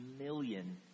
million